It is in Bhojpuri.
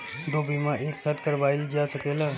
दो बीमा एक साथ करवाईल जा सकेला?